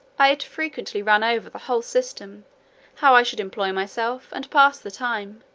i had frequently run over the whole system how i should employ myself, and pass the time,